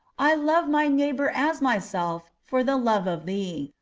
i love my neighbor as myself for the love of thee.